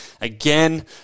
Again